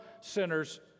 sinners